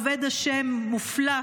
עובד השם מופלא,